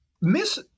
Miss